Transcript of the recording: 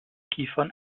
kiefern